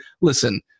listen